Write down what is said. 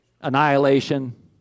annihilation